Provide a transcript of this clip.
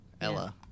Ella